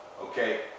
Okay